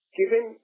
given